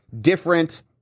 different